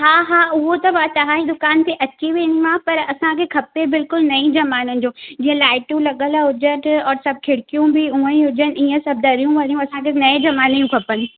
हा हा हूअ त मां तव्हां जी दुकान ते अची वेंदी मां पर असांखे खपे बिल्कुलु नई ज़माननि जो जीअं लाइटूं लॻल हुजनि और सभु खिड़कियूं बि हूअं ई हुजनि ईअं सभु दरियूं वरियूं असांखे नए ज़माने जूं खपनि